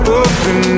open